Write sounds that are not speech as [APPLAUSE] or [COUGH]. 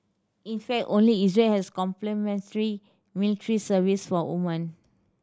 in fact only Israel has [UNINTELLIGIBLE] military service for women